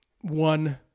one